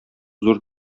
зур